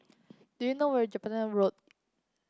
do you know where Jelapang Road